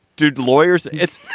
dude, lawyers it's